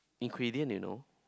ingredient you know